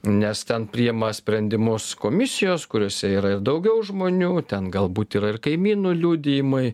nes ten priima sprendimus komisijos kuriose yra ir daugiau žmonių ten galbūt yra ir kaimynų liudijimai